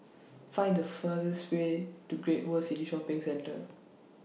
Find The fur This Way to Great World City Shopping Centre